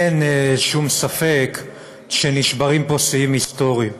אין שום ספק שנשברים פה שיאים היסטוריים,